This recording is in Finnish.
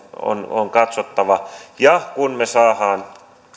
meidän on katsottava ja kun me saamme